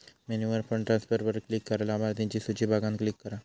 मेन्यूवर फंड ट्रांसफरवर क्लिक करा, लाभार्थिंच्या सुची बघान क्लिक करा